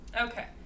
Okay